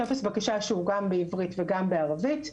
טופס בקשה שהוא גם בעברית וגם בערבית,